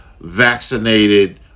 vaccinated